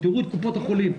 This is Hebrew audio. תראו את קופות החולים.